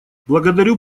благодарю